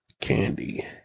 candy